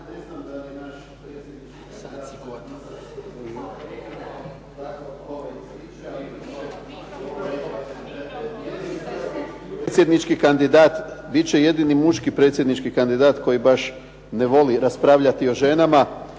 Predsjednički kandidat, bit će jedini muški predsjednički kandidat koji baš ne voli raspravljati o ženama.